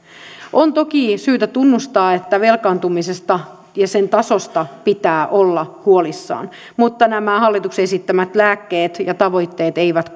on toki syytä tunnustaa että velkaantumisesta ja sen tasosta pitää olla huolissaan mutta nämä hallituksen esittämät lääkkeet ja tavoitteet eivät